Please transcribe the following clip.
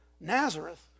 Nazareth